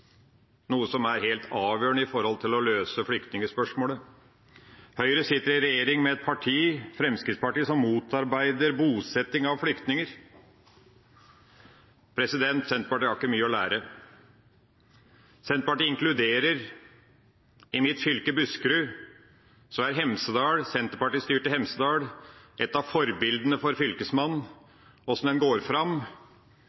noe som er helt avgjørende når det gjelder å løse flyktningspørsmålet. Høyre sitter i regjering med et parti, Fremskrittspartiet, som motarbeider bosetting av flyktninger. Senterpartiet har ikke mye å lære. Senterpartiet inkluderer. I mitt fylke, Buskerud, er Hemsedal – Senterparti-styrte Hemsedal – et av forbildene for Fylkesmannen for hvordan en går fram